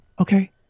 okay